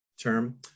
term